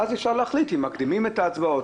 אז אפשר להחליט אם מקדימים את הצבעות,